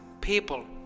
people